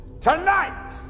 Tonight